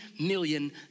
million